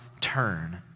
turn